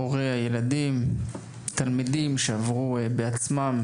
הורי הילדים, תלמידים שעברו בעצמם